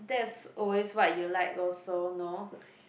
that's always what you like also no